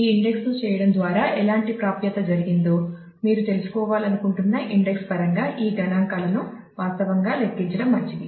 ఈ ఇండెక్స్ ను చేయడం ద్వారా ఎలాంటి ప్రాప్యత జరిగిందో మీరు తెలుసుకోవాలనుకుంటున్న ఇండెక్స్ పరంగా ఆ గణాంకాలను వాస్తవంగా లెక్కించడం మంచిది